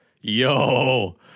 yo